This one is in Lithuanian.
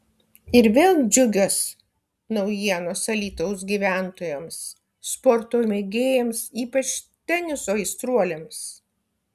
ir vėl džiugios naujienos alytaus gyventojams sporto mėgėjams ypač teniso aistruoliams